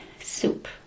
soup